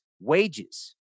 wages